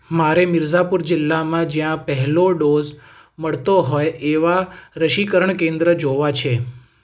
મારે મિર્ઝાપુર જિલ્લામાં જ્યાં પહેલો ડોઝ મળતો હોય એવાં રસીકરણ કેન્દ્ર જોવાં છે